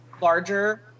larger